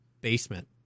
basement